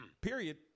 period